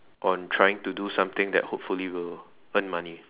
on trying to do something that hopefully will earn money